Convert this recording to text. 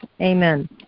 Amen